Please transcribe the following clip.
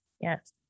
Yes